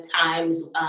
times